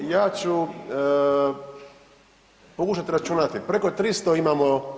Ja ću pokušati računati, preko 300 imamo